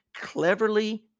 cleverly